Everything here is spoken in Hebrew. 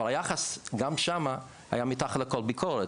אבל היחס גם שם היה מתחת לכל ביקורת.